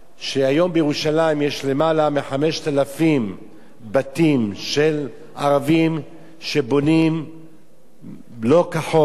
שהיום בירושלים יש למעלה מ-5,000 בתים של ערבים שבונים לא כחוק,